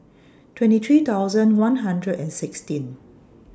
twenty three thousand one hundred and sixteen